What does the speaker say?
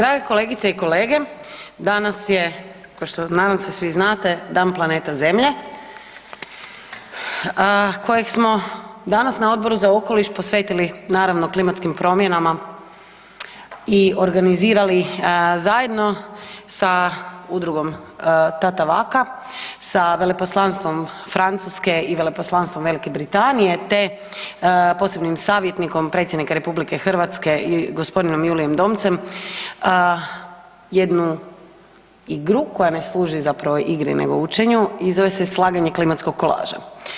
Drage kolegice i kolege, danas je kao što nadam se svi znate Dan planeta zemlje kojeg smo danas na Odboru za okoliš posvetili naravno klimatskim promjenama i organizirali zajedno sa Udrugom Tatavaka, sa veleposlanstvom Francuske i veleposlanstvom Velike Britanije te posebnim savjetnikom Predsjednika RH gosp. Julijom Domcem jednu igru koja ne služi zapravo igri nego učenju i zove se Slaganje klimatskog kolaža.